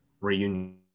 reunion